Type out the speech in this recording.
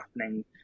happening